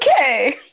okay